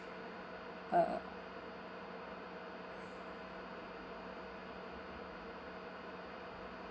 uh